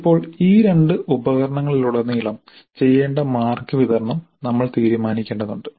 ഇപ്പോൾ ഈ രണ്ട് ഉപകരണങ്ങളിലുടനീളം ചെയ്യേണ്ട മാർക്ക് വിതരണം നമ്മൾ തീരുമാനിക്കേണ്ടതുണ്ട്